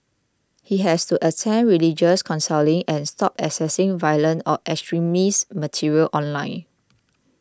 he has to attend religious counselling and stop accessing violent or extremist material online